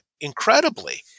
incredibly